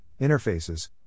interfaces